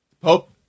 Pope